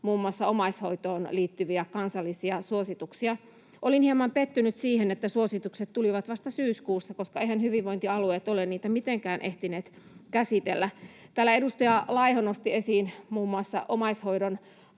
muun muassa omaishoitoon liittyviä kansallisia suosituksia. Olin hieman pettynyt siihen, että suositukset tulivat vasta syyskuussa, koska eiväthän hyvinvointialueet ole niitä mitenkään ehtineet käsitellä. Täällä edustaja Laiho nosti esiin muun muassa omaishoidon